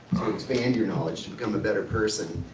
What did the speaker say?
expand your knowledge, to become a better person,